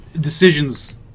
decisions